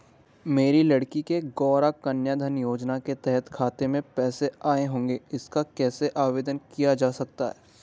मेरी लड़की के गौंरा कन्याधन योजना के तहत खाते में पैसे आए होंगे इसका कैसे आवेदन किया जा सकता है?